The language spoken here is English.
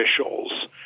officials